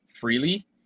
freely